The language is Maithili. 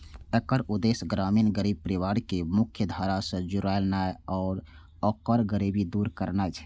एकर उद्देश्य ग्रामीण गरीब परिवार कें मुख्यधारा सं जोड़नाय आ ओकर गरीबी दूर करनाय छै